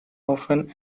often